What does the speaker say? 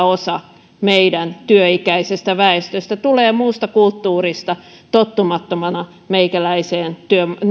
osa meidän työikäisestä väestöstä tulee muusta kulttuurista tottumattomana meikäläisiin